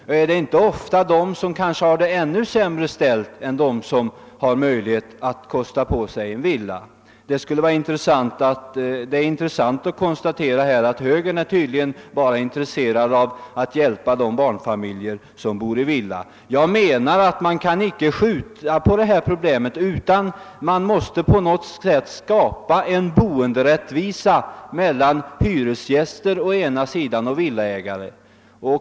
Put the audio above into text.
Har de det inte ofta ännu sämre ställt än de som har möjlighet att kosta på sig en villa? Det är intressant att konstatera att moderata samlingspartiet tydligen bara är intresserat av att hjäl pa de barnfamiljer som bor i villa. Jag menar att man icke kan skjuta på det problemet, utan man måste på något sätt skapa en boenderättvisa mellan hyresgäster å ena sidan och villaägare å den andra.